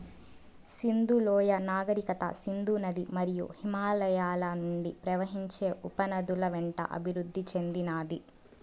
సింధు లోయ నాగరికత సింధు నది మరియు హిమాలయాల నుండి ప్రవహించే ఉపనదుల వెంట అభివృద్ది చెందినాది